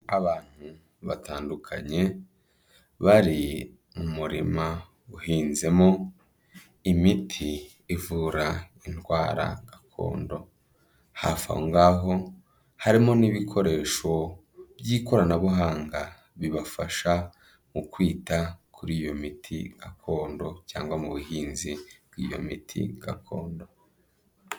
Abantu batandukanye bari mu murima uhinzemo imiti ivura indwara gakondo, hafi aho ngaho harimo n'ibikoresho by'ikoranabuhanga bibafasha mu kwita kuri iyo miti gakondo cyangwa mu buhinzi bw'iyo miti gakondo.